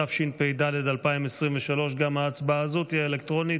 התשפ"ד 2023. גם ההצבעה הזאת תהיה אלקטרונית.